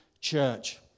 church